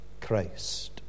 Christ